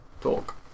talk